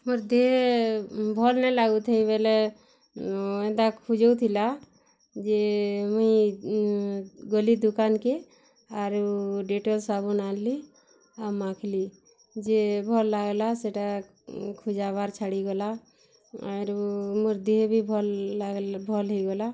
ମୋର ଦେହ୍ ଭଲ୍ ନାଇ ଲାଗୁଥାଇ ବେଲେ ଏନ୍ତା ଖୁଜୁଥିଲା ଯେ ମୁଇଁ ଗଲି ଦୁକାନକେ ଆରୁ ଡ଼େଟଲ୍ ସାବୁନ୍ ଆନ୍ଲି ଆଉ ମାଖ୍ଲି ଯେ ଭଲ୍ ଲାଗ୍ଲା ସେଟା ଖୁଜାବାର୍ ଛାଡ଼ିଗଲା ଆରୁ ମୋର୍ ଦିହ ଭଲ୍ ଭଲ୍ ହେଇଗଲା